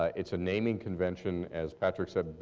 ah it's a naming convention, as patrick said,